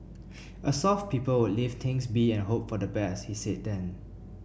a soft people would leave things be and hope for the best he said then